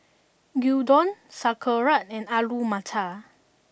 Gyudon Sauerkraut and Alu Matar